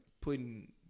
putting